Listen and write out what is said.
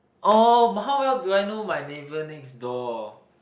oh how well do I know my neighbour next door